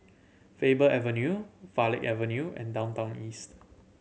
Faber Avenue Farleigh Avenue and Downtown East